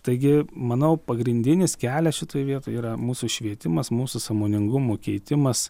taigi manau pagrindinis kelias šitoj vietoj yra mūsų švietimas mūsų sąmoningumo keitimas